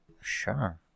Sure